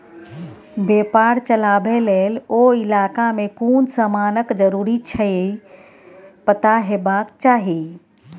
बेपार चलाबे लेल ओ इलाका में कुन समानक जरूरी छै ई पता हेबाक चाही